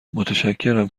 متشکرم